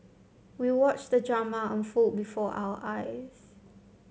we watched the drama unfold before our eyes